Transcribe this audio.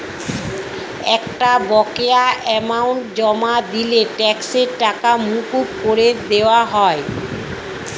একটা বকেয়া অ্যামাউন্ট জমা দিলে ট্যাক্সের টাকা মকুব করে দেওয়া হয়